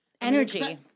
Energy